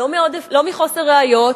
לא מחוסר ראיות,